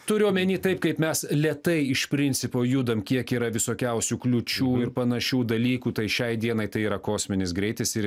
turiu omeny tai kaip mes lėtai iš principo judam kiek yra visokiausių kliūčių ir panašių dalykų tai šiai dienai tai yra kosminis greitis ir